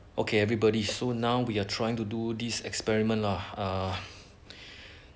okay everybody so now we are trying to do this experiment lah uh